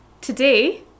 Today